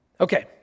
Okay